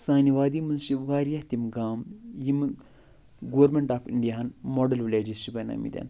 سانہِ وادی منٛز چھِ واریاہ تِم گام یِمَن گورمنٛٹ آف اِنٛڈِیاہَن ماڈَل وِلیجٕس چھِ بنٲمٕتۍ